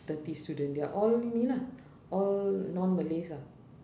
thirty student they are all ini lah all non-malays ah